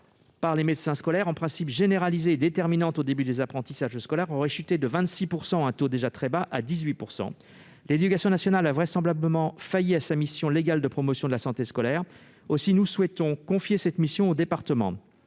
par les médecins scolaires, en principe généralisée et déterminante au début des apprentissages scolaires, aurait chuté de 26 %, taux déjà très bas, à 18 %! L'éducation nationale a vraisemblablement failli à sa mission légale de promotion de la santé scolaire. Aussi souhaitons-nous confier cette mission aux départements.